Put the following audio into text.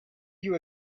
you